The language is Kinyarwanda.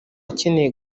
akeneye